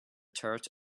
turret